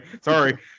Sorry